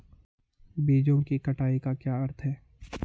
बीजों की कटाई का क्या अर्थ है?